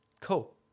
cool